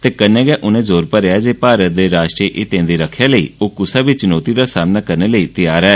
ते कन्नै गै जोर भरेआ जे भारत दे राष्ट्रीय हितें दी रक्खेआ लेई ओह् कुसै बी चनौती दा सामना करने लेई तैयार ऐ